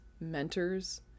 mentors